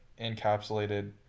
encapsulated